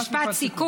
ממש משפט סיכום.